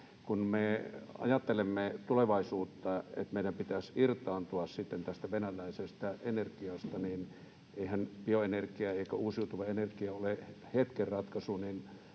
Kun me ajattelemme tulevaisuutta ja sitä, että meidän pitäisi irtaantua sitten tästä venäläisestä energiasta, niin eiväthän bioenergia tai uusiutuva energia ole hetken ratkaisuja.